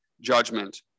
judgment